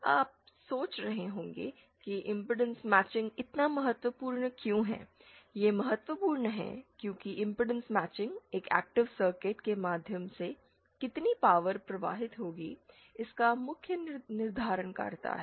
आप सोच रहे होंगे कि इमपेडेंस माचिंग इतना महत्वपूर्ण क्यों है यह महत्वपूर्ण है क्योंकि इमपेडेंस माचिंग एक एक्टीव सर्किट के माध्यम से कितनी पावर प्रवाहित होगी इसका मुख्य निर्धारणकर्ता है